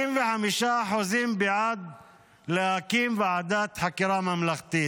65% בעד להקים ועדת חקירה ממלכתית.